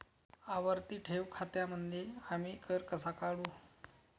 आवर्ती ठेव खात्यांमध्ये आम्ही कर कसा काढू?